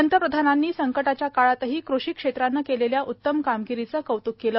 पंतप्रधानांनी संकटाच्या काळातही कृषी क्षेत्रानं केलेल्या उत्तम कामगिरीचं कौत्क केलं